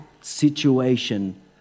situation